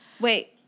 Wait